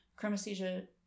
Chromesthesia